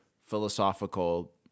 philosophical